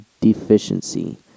deficiency